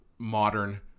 modern